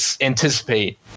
anticipate